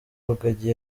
rugagi